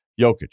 Jokic